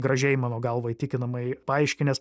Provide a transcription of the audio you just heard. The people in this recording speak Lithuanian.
gražiai mano galva įtikinamai paaiškinęs